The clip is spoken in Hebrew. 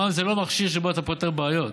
המע"מ זה לא מכשיר שבו אתה פותר בעיות.